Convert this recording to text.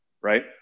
right